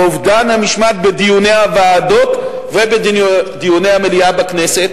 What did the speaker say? לאובדן המשמעת בדיוני הוועדות ובדיוני המליאה בכנסת,